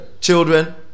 children